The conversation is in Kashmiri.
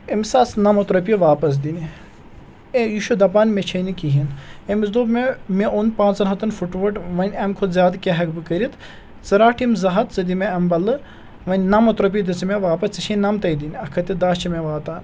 أمِس آسہٕ نَمَتھ رۄپیہِ واپَس دِنہِ اے یہِ چھُ دَپان مےٚ چھے نہٕ کِہیٖنۍ أمِس دوٚپ مےٚ مےٚ اوٚن پانٛژَن ہَتَن فُٹ ووٚٹ وۄنۍ اَمہِ کھۄتہٕ زیادٕ کیٛاہ ہٮ۪کہٕ بہٕ کٔرِتھ ژٕ راٹھ یِم زٕ ہَتھ ژٕ دِ مےٚ اَمہِ بلہٕ وۄنۍ نَمَتھ رۄپیہِ دِژٕ مےٚ واپَس ژےٚ چھے نَمتَے دِنۍ اَکھ ہَتھ تہِ دَاہ چھِ مےٚ واتان